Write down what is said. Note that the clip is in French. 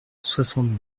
soixante